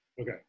Okay